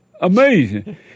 Amazing